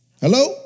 Hello